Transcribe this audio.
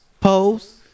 Pose